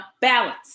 balance